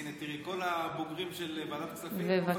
הינה, תראי, כל הבוגרים של ועדת כספים, בבקשה.